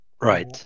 Right